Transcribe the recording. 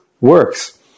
works